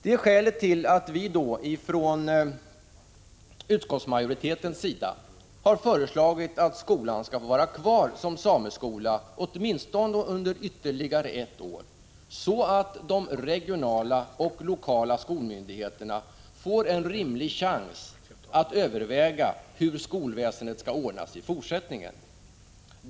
Detta är skälet till att vi från utskottsmajoritetens sida har föreslagit att skolan skall vara kvar som sameskola, åtminstone ytterligare under ett år, så att de regionala och lokala skolmyndigheterna får en rimlig chans att överväga hur skolväsendet skall ordnas i fortsättningen.